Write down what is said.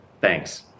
Thanks